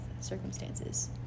circumstances